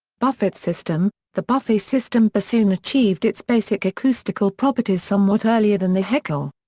buffet system the buffet system bassoon achieved its basic acoustical properties somewhat earlier than the heckel.